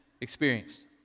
experienced